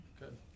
good